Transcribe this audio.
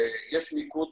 ויש מיקוד